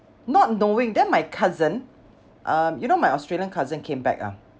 not knowing then my cousin um you know my australian cousin came back ah